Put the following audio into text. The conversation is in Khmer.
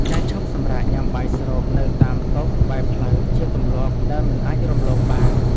ការឈប់សម្រាកញ៉ាំបាយស្រូបនៅតាមតូបក្បែរផ្លូវជាទម្លាប់ដែលមិនអាចរំលងបាន។